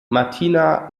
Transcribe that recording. martina